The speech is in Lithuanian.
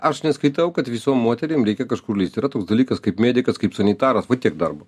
aš neskaitau kad visom moterim reikia kažkur lįsti yra toks dalykas kaip medikas kaip sanitaras va tiek darbo